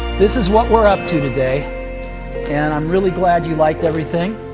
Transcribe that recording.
this is what we're up to today and i'm really glad you liked everything.